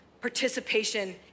participation